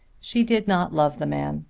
she did not love the man.